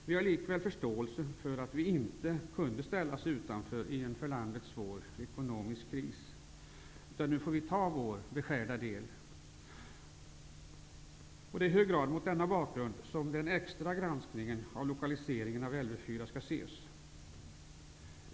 Vi har likväl förståelse för att vi inte kunde hållas utanför en för landet svår ekonomisk kris, utan vi får ta på oss vår beskärda del. Det är i hög grad mot denna bakgrund som den extra granskningen av lokaliseringen av Lv 4 skall ses.